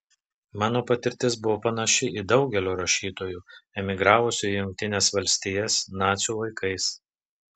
mano patirtis buvo panaši į daugelio rašytojų emigravusių į jungtines valstijas nacių laikais